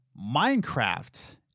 minecraft